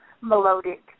melodic